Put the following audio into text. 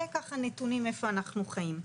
זה ככה נתונים איפה אנחנו חיים.